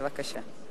בבקשה.